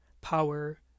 power